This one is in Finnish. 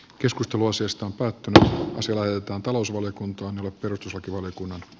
keskustelu asiasta päätti sijoittaa talousvaliokuntaan ja perustuslakivaliokunnan